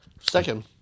Second